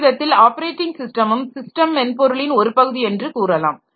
ஒருவிதத்தில் ஆப்பரேட்டிங் ஸிஸ்டமும் ஸிஸ்டம் மென்பொருளின் ஒரு பகுதி என்று கூறலாம்